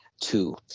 two